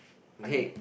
okay